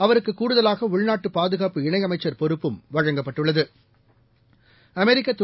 அவருக்குகூடுதலாகஉள்நாட்டுபாதுகாப்பு இணையமைச்சர் பொறுப்பும் வழங்கப்பட்டுள்ளது